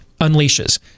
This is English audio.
unleashes